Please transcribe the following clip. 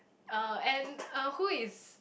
uh and uh who is